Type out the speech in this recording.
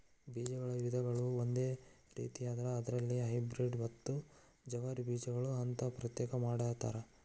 ಬೇಜಗಳ ವಿಧಗಳು ಒಂದು ರೇತಿಯಾದ್ರ ಅದರಲ್ಲಿ ಹೈಬ್ರೇಡ್ ಮತ್ತ ಜವಾರಿ ಬೇಜಗಳು ಅಂತಾ ಪ್ರತ್ಯೇಕ ಮಾಡತಾರ